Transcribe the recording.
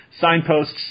signposts